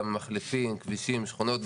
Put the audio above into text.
גם מחלפים, כבישים, שכונות.